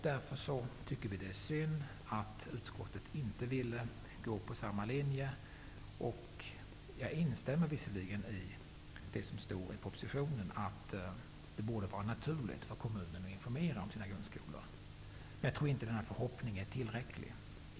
Vi tycker att det är synd att utskottet inte vill följa samma linje. Jag instämmer visserligen i det som står i propositionen, att det borde vara naturligt för kommunen att informera om sina grundskolor. Jag tror dock inte att denna förhoppning är tillräcklig.